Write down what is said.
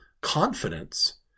confidence